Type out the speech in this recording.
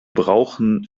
brauchen